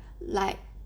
like